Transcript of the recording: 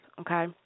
Okay